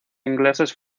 ingleses